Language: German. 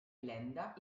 länder